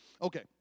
Okay